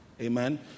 Amen